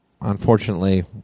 unfortunately